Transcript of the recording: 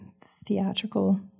theatrical